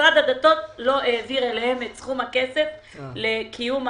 שמשרד הדתות לא העביר אליהם את הכסף לקיום ההנגשה.